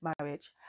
marriage